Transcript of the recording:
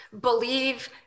believe